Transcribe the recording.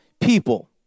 people